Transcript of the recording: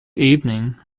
evening